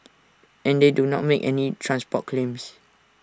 and they do not make any transport claims